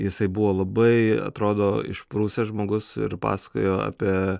jisai buvo labai atrodo išprusęs žmogus ir pasakojo apie